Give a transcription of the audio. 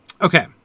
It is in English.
okay